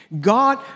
God